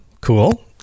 Cool